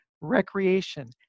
recreation